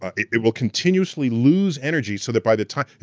it will continuously lose energy, so that by the time,